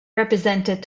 represented